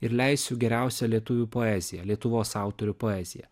ir leisiu geriausią lietuvių poeziją lietuvos autorių poeziją